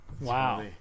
Wow